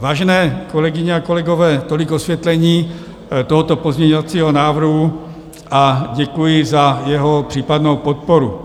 Vážené kolegyně a kolegové, tolik osvětlení tohoto pozměňovacího návrhu a děkuji za jeho případnou podporu.